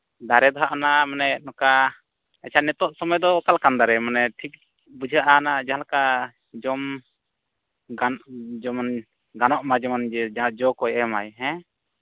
ᱫᱟᱨᱮ ᱫᱚ ᱱᱟᱦᱟᱜ ᱚᱱᱟ ᱢᱟᱱᱮ ᱱᱚᱝᱠᱟ ᱟᱪᱪᱷᱟ ᱱᱤᱛᱚᱜ ᱥᱚᱢᱚᱭ ᱫᱚ ᱚᱠᱟ ᱞᱮᱠᱟᱱ ᱫᱟᱨᱮ ᱢᱟᱱᱮ ᱴᱷᱤᱠ ᱵᱩᱡᱷᱟᱹᱣᱜᱼᱟ ᱚᱟᱱ ᱡᱟᱦᱟᱸ ᱞᱮᱠᱟ ᱡᱚᱢ ᱜᱟᱱᱚᱜ ᱡᱮᱢᱚᱱ ᱜᱟᱱᱚᱜ ᱢᱟ ᱡᱮᱢᱚᱱ ᱡᱮ ᱡᱟᱦᱟᱸ ᱡᱚ ᱠᱚ ᱮᱢᱟᱭ ᱦᱮᱸ